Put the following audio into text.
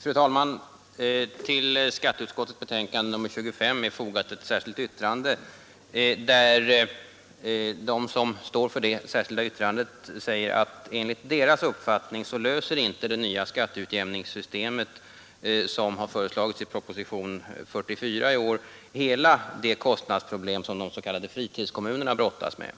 Fru talman! Till skatteutskottets betänkande nr 25 är fogat ett särskilt yttrande, där de som står för det säger att enligt deras uppfattning löser inte det nya skatteutjämningssystem, som har föreslagits i propositionen 44 i år, hela det kostnadsproblem som de s.k. fritidskommunerna brottas med.